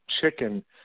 chicken